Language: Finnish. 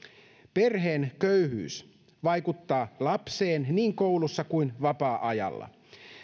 perheen köyhyys vaikuttaa lapseen niin koulussa kuin vapaa ajalla